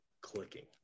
clicking